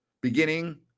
beginning